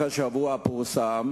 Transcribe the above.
רק השבוע פורסם